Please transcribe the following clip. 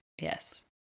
Yes